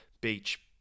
beach